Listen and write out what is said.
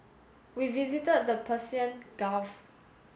we visited the Persian Gulf